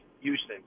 Houston